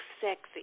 sexy